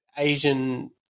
Asian